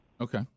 Okay